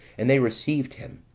and they received him,